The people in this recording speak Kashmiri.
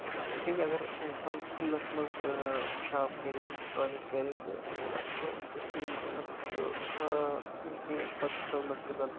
تِکیازِ اگر اِنسان کھُلَس منز پِشاب کَرِ ٹالیٹ کَرِ تہٕ امہِ اَتھ چھُ کؠمۍ وۄتھان اتھ چھُ یِم کیمۍ چھِ پتہٕ